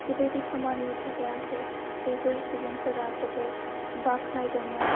बेबायदि खामानिनि थाखाय आंखौ बेफोर सुबुंफोरा जोबोर बाखनायदोंमोन